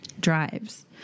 drives